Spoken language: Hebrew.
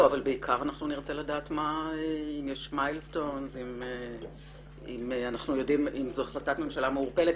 אבל בעיקר נרצה לדעת אם זו החלטת ממשלה מעורפלת,